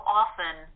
often